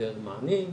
בהיעדר מענים.